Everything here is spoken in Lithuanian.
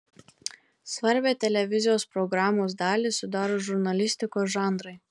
svarbią televizijos programos dalį sudaro žurnalistikos žanrai